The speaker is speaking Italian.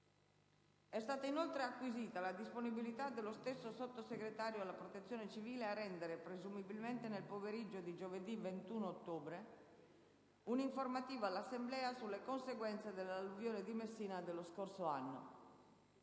È stata inoltre acquisita la disponibilità dello stesso Sottosegretario alla Protezione civile a rendere - presumibilmente nel pomeriggio di giovedì 21 ottobre - un'informativa all'Assemblea sulle conseguenze dell'alluvione di Messina dello scorso anno.